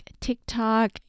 TikTok